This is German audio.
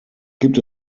gibt